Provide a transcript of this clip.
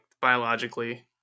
biologically